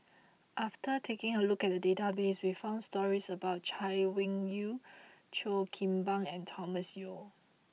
after taking a look at the database we found stories about Chay Weng Yew Cheo Kim Ban and Thomas Yeo